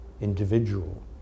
individual